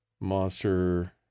Monster